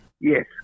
Yes